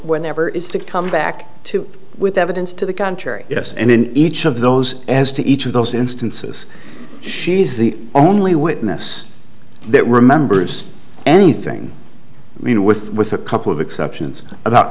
whenever is to come back to with evidence to the contrary yes and in each of those as to each of those instances she is the only witness that remembers anything i mean with with a couple of exceptions about